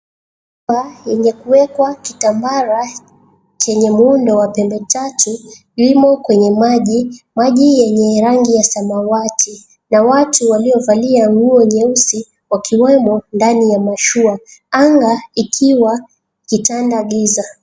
Mashua yenye kuwekwa kitambara chenye muundo wa pembe tatu limo kwenye maji. Maji yenye rangi ya samawati na watu waliovalia nguo nyeusi wakiwemo ndani ya mashua. Anga ikiwa ikitanda giza.